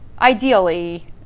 ideally